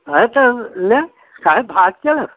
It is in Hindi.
कहे तब ल काहे भाग चल